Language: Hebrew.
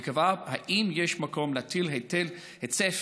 ייקבע אם יש מקום להטיל היטל היצף